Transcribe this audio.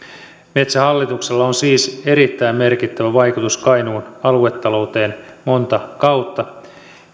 metsähallituksella on siis erittäin merkittävä vaikutus kainuun aluetalouteen montaa kautta